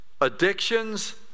addictions